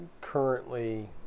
currently